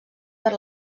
per